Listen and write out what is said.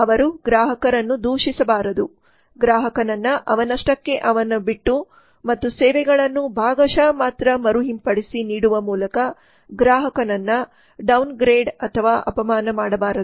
ಅವರು ಗ್ರಾಹಕರನ್ನು ದೂಷಿಸಬಾರದು ಗ್ರಾಹಕನನ್ನ ಅವನಷ್ಟಕ್ಕೆ ಅವನ್ನು ಬಿಟ್ಟು ಮತ್ತು ಸೇವೆಗಳನ್ನು ಭಾಗಶಃ ಮಾತ್ರ ಮರು ಹಿಂಪಡಿಸಿ ನೀಡುವ ಮೂಲಕ ಗ್ರಾಹಕನನ್ನ ಡೌನ್ಗ್ರೇಡ್ ಮಾಡಬಾರದು